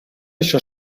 això